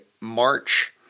March